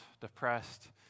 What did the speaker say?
depressed